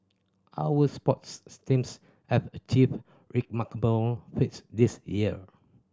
our sports steams have achieved remarkable feats this year